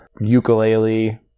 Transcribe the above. Ukulele